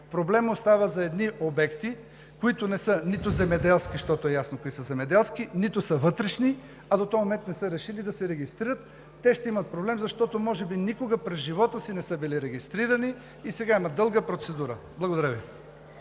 Проблемът остава за едни обекти, които не са нито земеделски, защото е ясно кои са земеделски, нито са вътрешни, а до този момент не са решили да се регистрират. Те ще имат проблем, защото може би никога през живота си не са били регистрирани и сега имат дълга процедура. Благодаря Ви.